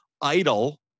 idle